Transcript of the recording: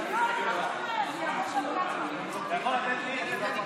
אדוני היושב-ראש, חבריי חברי הכנסת,